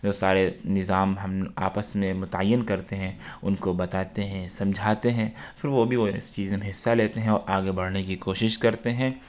وہ سارے نظام ہم آپس میں متعین کرتے ہیں ان کو بتاتے ہیں سمجھاتے ہیں پھر وہ بھی اس چیز میں حصہ لیتے ہیں اور آگے بڑھنے کی کوشش کرتے ہیں